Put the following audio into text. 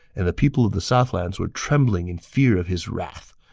and the people of the southlands were trembling in fear of his wrath,